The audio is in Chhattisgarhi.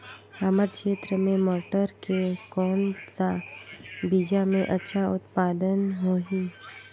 हमर क्षेत्र मे मटर के कौन सा बीजा मे अच्छा उत्पादन होही?